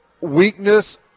weakness